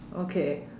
okay